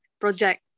project